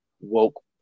woke